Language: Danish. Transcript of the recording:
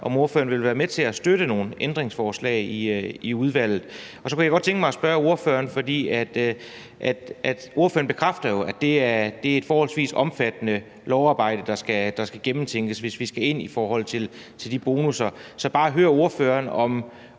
om ordføreren ville være med til at støtte nogle ændringsforslag i udvalget. Og så kunne jeg godt tænke mig at spørge ordføreren om noget. For ordføreren bekræfter jo, at det er et forholdsvis omfattende lovarbejde, der skal gennemtænkes, hvis vi skal sætte ind i forhold til de bonusser. Så jeg vil bare høre ordføreren, om